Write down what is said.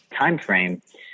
timeframe